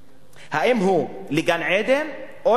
האם הוא לגן-עדן או לגיהינום.